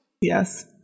Yes